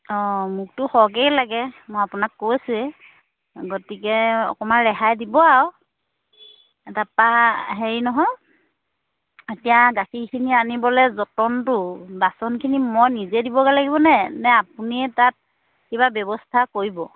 অঁ মোকতো সৰহকেই লাগে মই আপোনাক কৈছোয়ে গতিকে অকণমান ৰেহাই দিব আৰু এ তাৰপৰা হেৰি নহয় এতিয়া গাখীৰখিনি আনিবলৈ যতনটো বাচনখিনি মই নিজে দিবগৈ লাগিবনে নে আপুনিয়ে তাত কিবা ব্যৱস্থা কৰিব